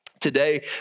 today